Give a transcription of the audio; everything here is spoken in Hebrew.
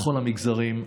בכל המגזרים,